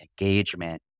engagement